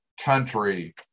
country